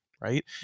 right